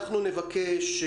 חבל על הזמן.